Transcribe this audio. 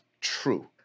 true